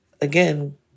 Again